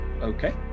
Okay